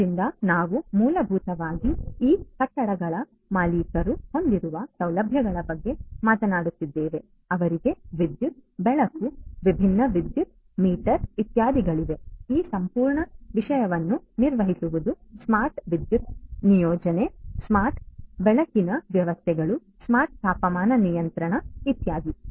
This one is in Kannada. ಆದ್ದರಿಂದ ನಾವು ಮೂಲಭೂತವಾಗಿ ಈ ಕಟ್ಟಡಗಳ ಮಾಲೀಕರು ಹೊಂದಿರುವ ಸೌಲಭ್ಯಗಳ ಬಗ್ಗೆ ಮಾತನಾಡುತ್ತಿದ್ದೇವೆ ಅವರಿಗೆ ವಿದ್ಯುತ್ ಬೆಳಕು ವಿಭಿನ್ನ ವಿದ್ಯುತ್ ಮೀಟರ್ ಇತ್ಯಾದಿಗಳಿವೆ ಈ ಸಂಪೂರ್ಣ ವಿಷಯವನ್ನು ನಿರ್ವಹಿಸುವುದು ಸ್ಮಾರ್ಟ್ ವಿದ್ಯುತ್ ನಿಯೋಜನೆ ಸ್ಮಾರ್ಟ್ ಬೆಳಕಿನ ವ್ಯವಸ್ಥೆಗಳು ಸ್ಮಾರ್ಟ್ ತಾಪಮಾನ ನಿಯಂತ್ರಣ ಇತ್ಯಾದಿ